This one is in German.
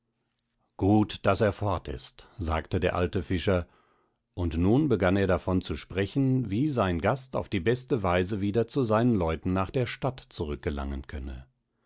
gut daß er fort ist sagte der alte fischer und nun begann er davon zu sprechen wie sein gast auf die beste weise wieder zu seinen leuten nach der stadt zurückgelangen könne